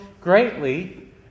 greatly